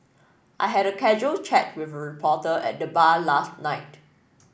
I had a casual chat with reporter at the bar last night